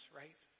right